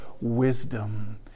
wisdom